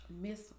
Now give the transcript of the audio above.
miss